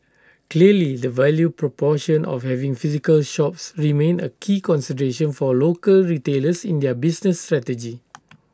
clearly the value proposition of having physical shops remains A key consideration for local retailers in their business strategy